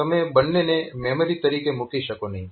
તમે બંનેને મેમરી તરીકે મૂકી શકો નહિ